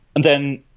and then,